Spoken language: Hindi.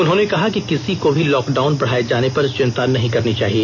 उन्होंने कहा कि किसी को भी लॉकडाउन बढाए जाने पर चिन्ता नहीं करनी चाहिए